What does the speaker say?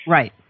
Right